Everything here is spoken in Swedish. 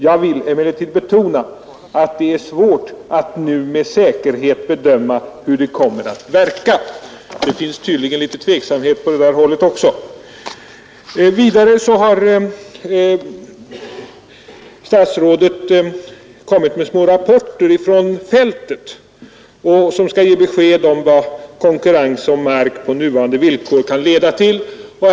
Jag vill emellertid betona att det är svårt att nu med säkerhet bedöma hur de kommer att verka.” Det råder tydligen litet tveksamhet på det hållet också. Vidare har statsrådet kommit med små rapporter från fältet som skall ge besked om vart konkurrens om mark på nuvarande villkor kan leda.